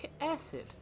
acid